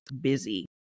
busy